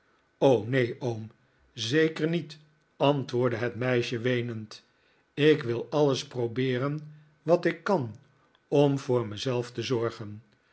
neen oom zeker niet antwoordde het meisje weenend ik wil alles probeeren wat ik kan om voor mezelf te zorgen